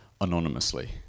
anonymously